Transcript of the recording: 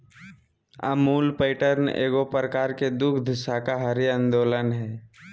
Amul pattern एगो प्रकार के दुग्ध सहकारी आन्दोलन हइ